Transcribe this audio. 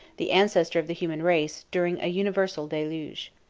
the ancestor of the human race, during a universal deluge.